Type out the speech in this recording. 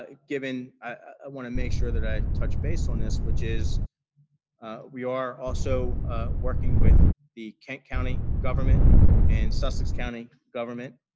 ah given, i want to make sure that i touch base on this, which is we are also working with the kent county government and sussex county government.